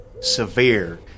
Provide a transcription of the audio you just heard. severe